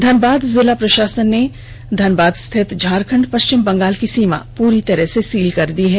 धनबाद जिला प्रशासन ने धनबाद स्थित झारखंड पश्चिम बंगाल की सीमा पूरी तरह से सील कर दी है